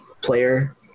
player